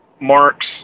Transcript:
Mark's